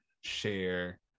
share